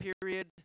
period